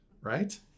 right